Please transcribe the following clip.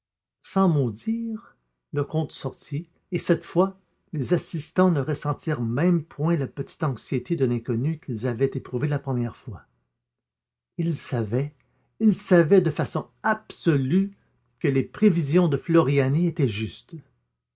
sans mot dire le comte sortit et cette fois les assistants ne ressentirent même point la petite anxiété de l'inconnu qu'ils avaient éprouvée la première fois ils savaient ils savaient de façon absolue que les prévisions de floriani étaient justes